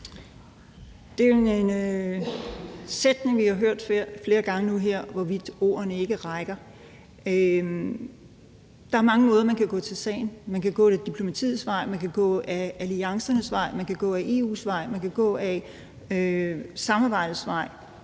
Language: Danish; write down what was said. Det er en sætning, vi har hørt flere gange nu her, altså om, at ordene ikke rækker. Der er mange måder, man kan gå til sagen på. Man kan gå ad diplomatiets vej, man kan gå ad alliancernes vej, man kan gå ad EU's vej, og man kan gå ad samarbejdets vej.